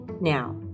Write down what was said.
Now